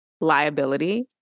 liability